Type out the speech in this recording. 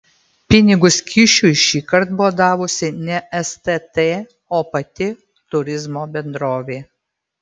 pinigus kyšiui šįkart buvo davusi ne stt o pati turizmo bendrovė